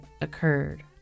occurred